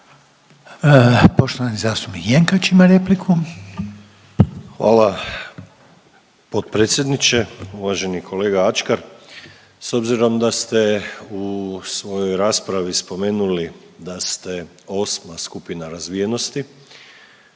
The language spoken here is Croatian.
Poštovani zastupnik Jenkač ima repliku. **Jenkač, Siniša (HDZ)** Hvala potpredsjedniče. Uvaženi kolega Ačkar, s obzirom da ste u svojoj raspravi spomenuli da ste osma skupina razvijenosti,